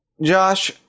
Josh